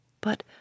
But